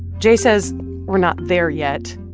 geyh says we're not there yet,